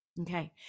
Okay